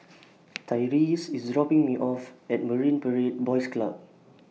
Tyreese IS dropping Me off At Marine Parade Boys Club